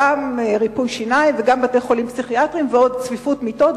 גם ריפוי שיניים וגם בתי-חולים פסיכיאטריים וגם צפיפות מיטות,